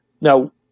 Now